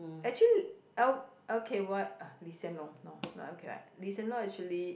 actually L~ l_k_y uh Lee Hsien Loong no not l_k_y Lee Hsien Loong actually